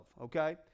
okay